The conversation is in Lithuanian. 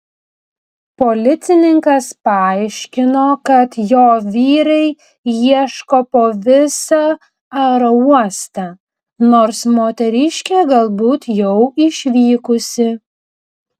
policininkas paaiškino kad jo vyrai ieško po visą aerouostą nors moteriškė galbūt jau išvykusi